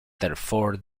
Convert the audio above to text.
therefore